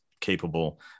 capable